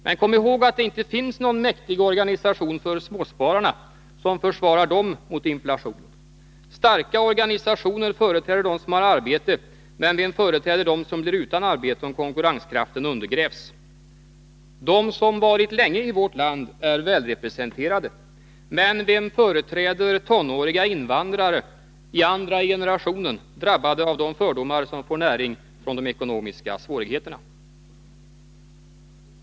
Men kom ihåg att det inte finns någon mäktig organisation för småspararna, som försvarar dem mot inflationen. Starka organisationer företräder dem som har arbete. Men vem företräder dem som blir utan arbete om konkurrenskraften undergrävs? De som varit länge i vårt land är välrepresenterade. Men vem företräder tonåriga invandrare i andra generationen, drabbade av de fördomar som får näring från de ekonomiska svårigheterna?